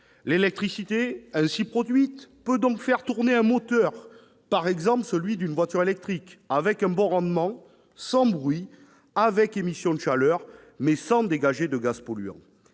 L'électricité ainsi produite peut donc faire tourner un moteur, par exemple celui d'une voiture électrique, avec un bon rendement, sans bruit, avec émission de chaleur, mais sans dégager de gaz polluant.